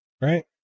right